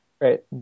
Right